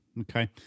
Okay